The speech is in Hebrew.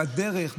בדרך,